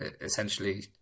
essentially